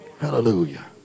hallelujah